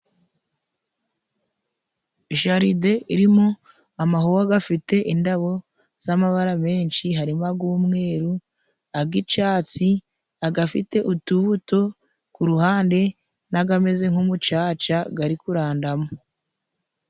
Jaride irimo amawuwa gafite indabo z'amabara menshi harimo ag'umweru agicatsi agafite utubuto kuhande n'agameze nk'umucaca gari kurandamo.